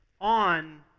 on